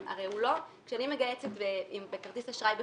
הרי הוא לא כשאני מגהצת את כרטיס האשראי בחנות,